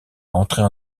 entrer